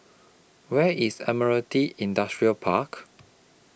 Where IS Admiralty Industrial Park